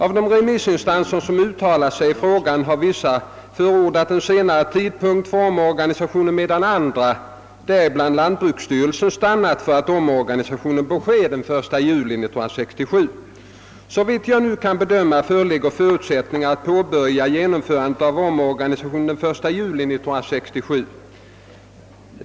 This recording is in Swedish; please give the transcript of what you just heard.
Av de remissinstanser, som uttalat sig i frågan, har vissa förordat en senare tidpunkt för omorganisationen, medan andra, däribland = lantbruksstyrelsen, stannat för att omorganisationen bör ske den 1 juli 1967. Såvitt jag nu kan bedöma föreligger förutsättningar att påbörja genomförandet av omorganisationen den 1 juli 1967.